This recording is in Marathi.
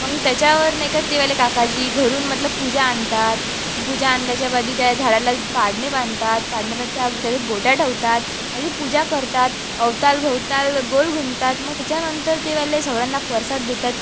मग त्याच्यावर नाही का ते वाले काकाजी घरून मतलब पूजा आणतात पूजा आणल्याच्या बादी त्या झाडाला पाळणे बांधतात पाळणे बद त्या त्याच्यात गोट्या ठेवतात म्हणजे पूजा करतात अवतालभवताल गोल घुमतात मग त्याच्यानंतर ते वाले सगळ्यांना प्रसाद देतात